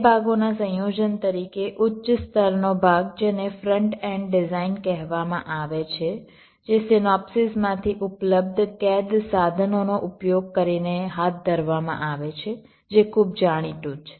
બે ભાગોના સંયોજન તરીકે ઉચ્ચ સ્તરનો ભાગ જેને ફ્રન્ટ એન્ડ ડિઝાઇન કહેવામાં આવે છે જે સિનોપ્સીસ માંથી ઉપલબ્ધ CAD સાધનોનો ઉપયોગ કરીને હાથ ધરવામાં આવે છે જે ખૂબ જાણીતું છે